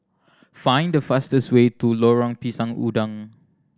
find the fastest way to Lorong Pisang Udang